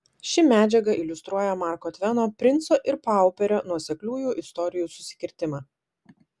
ši medžiaga iliustruoja marko tveno princo ir pauperio nuosekliųjų istorijų susikirtimą